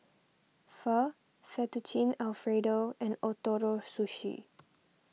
Pho Fettuccine Alfredo and Ootoro Sushi